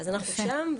אז אנחנו שם,